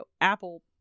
Apple